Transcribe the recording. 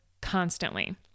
Constantly